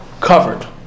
covered